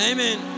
Amen